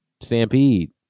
stampede